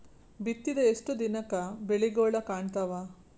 ಬಿತ್ತಿದ ಎಷ್ಟು ದಿನಕ ಬೆಳಿಗೋಳ ಕಾಣತಾವ?